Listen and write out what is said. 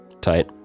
Tight